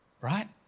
right